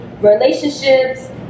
relationships